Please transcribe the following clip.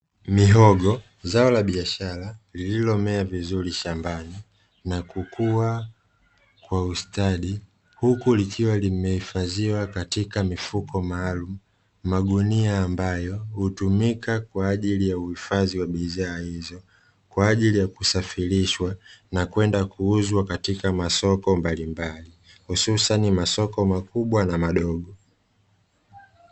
Mihogo zao la biashara lililomea vizuri shambani, na kukua kwa ustadi, huku likiwa limehifadhiwa katika mifuko maalumu, magunia ambayo hutumika kwa ajili ya uhifadhi wa bidhaa hizo kwa ajili ya kusafirishwa, na kwenda kuuzwa katika masoko mbalimbali, hususani masoko makubwa na madogo.